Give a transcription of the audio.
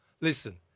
Listen